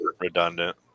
redundant